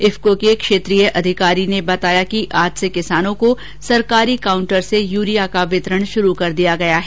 इफ्को के क्षेत्रीय अधिकारी ने बताया कि आज से किसानों को सरकारी काउंटर से यूरिया का वितरण शुरू कर दिया गया है